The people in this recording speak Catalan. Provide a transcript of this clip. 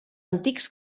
antics